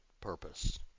purpose